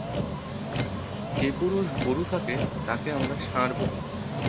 যে পুরুষ গরু থাকে তাকে আমরা ষাঁড় বলি